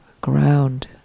ground